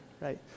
right